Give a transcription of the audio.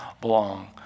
belong